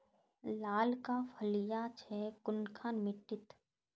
लालका फलिया छै कुनखान मिट्टी त?